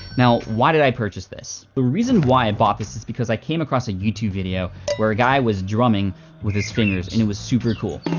now, why did i purchase this? the reason why i bought this is because i came across a youtube video where a guy was drumming with his fingers, and it was super cool.